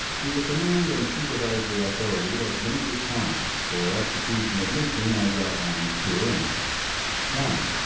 to the command and supervisory authority of major connel for execution of mission as outlined herein one.